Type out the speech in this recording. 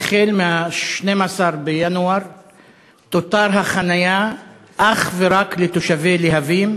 החל מה-12 בינואר תותר החניה אך ורק לתושבי להבים.